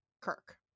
Kirk